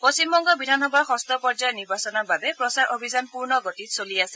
পশ্চিমবঙ্গ বিধানসভাৰ ষষ্ঠ পৰ্যায়ৰ নিৰ্বাচনৰ বাবে প্ৰচাৰ অভিযান পূৰ্ণ গতিত চলি আছে